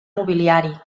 mobiliari